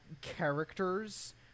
characters